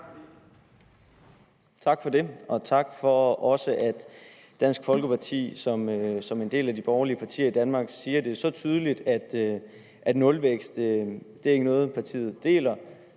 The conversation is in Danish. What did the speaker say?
Tak for det. Og tak for, at Dansk Folkeparti også som en del af de borgerlige partier, i Danmark, siger det tydeligt, nemlig at forslaget om nulvækst ikke er et, partiet deler,